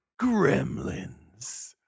Gremlins